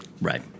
Right